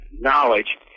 knowledge